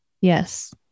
Yes